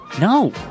No